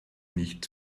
nicht